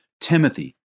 Timothy